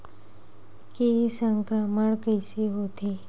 के संक्रमण कइसे होथे?